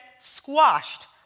squashed